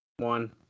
one